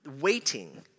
waiting